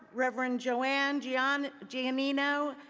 reverend joanne joanne giamino,